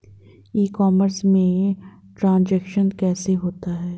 ई commerce में transaction कैसे होता है?